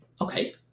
okay